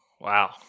Wow